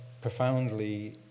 profoundly